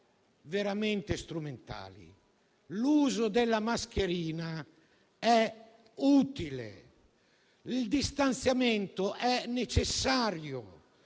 veramente strumentali. L'uso della mascherina è utile e il distanziamento è necessario;